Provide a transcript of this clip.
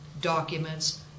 documents